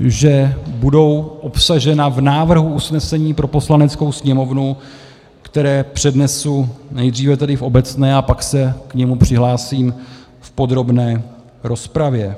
že budou obsažena v návrhu usnesení pro Poslaneckou sněmovnu, která přednesu nejdříve tedy v obecné, a pak se k němu přihlásím v podrobné rozpravě.